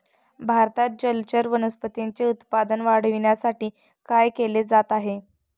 भारतात जलचर वनस्पतींचे उत्पादन वाढविण्यासाठी काय केले जात आहे?